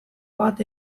bat